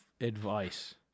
advice